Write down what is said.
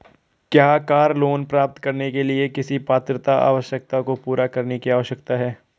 क्या car loan प्राप्त करने के लिए किसी पात्रता आवश्यकता को पूरा करने की आवश्यकता है?